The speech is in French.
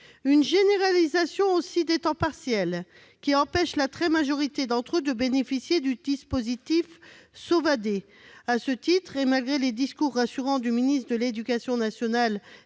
une généralisation des temps partiels, qui empêche la très grande majorité des AESH de bénéficier du dispositif Sauvadet. À ce titre, et malgré les discours rassurants du ministre de l'éducation nationale